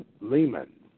Lehman